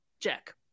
Jack